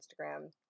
Instagram